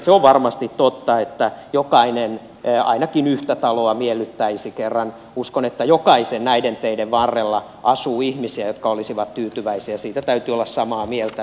se on varmasti totta että jokainen ainakin yhtä taloa miellyttäisi koska uskon että kaikkien näiden teiden varrella asuu ihmisiä jotka olisivat tyytyväisiä siitä täytyy olla samaa mieltä